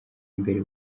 imbere